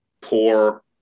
poor